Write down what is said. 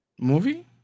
movie